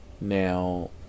Now